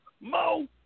Mo